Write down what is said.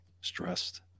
Stressed